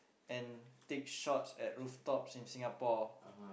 and take shots at rooftops in Singapore